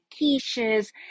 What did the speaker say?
quiches